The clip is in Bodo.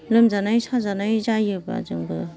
लोमजानाय साजानाय जायोबा जोंबो